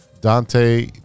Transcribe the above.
Dante